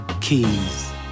Keys